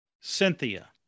Cynthia